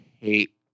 hate